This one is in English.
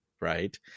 right